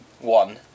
one